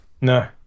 No